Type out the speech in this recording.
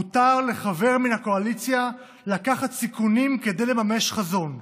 מותר לחבר מן הקואליציה לקחת סיכונים כדי לממש חזון,